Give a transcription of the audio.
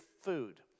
food